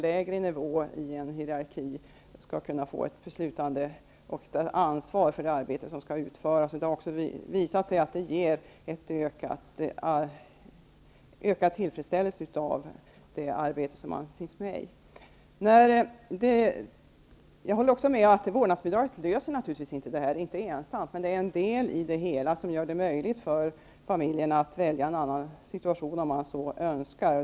Detta sker inte minst genom regeringens insatser men även lokalt ute i landsting och kommuner. Det har också visat sig att det ger ökad tillfredsställelse i arbetet. Jag håller också med om att vårdnadsbidraget inte ensamt löser alla problem, men det är en del i det hela som gör det möjligt för familjen att välja en annan situation om man så önskar.